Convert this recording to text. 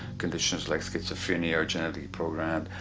conditions like schizophrenia are genetically programmed.